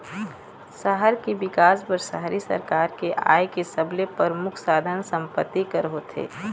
सहर के बिकास बर शहरी सरकार के आय के सबले परमुख साधन संपत्ति कर होथे